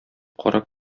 карак